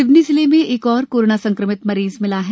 सिवनी जिले में एक और कोराना संक्रमित मरीज मिला है